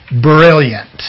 brilliant